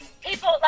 People